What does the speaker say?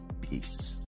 peace